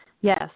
Yes